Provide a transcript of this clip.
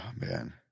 man